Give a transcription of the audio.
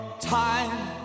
time